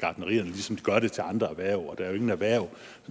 gartnerierne, ligesom de gør det til andre erhverv. Der er jo, tror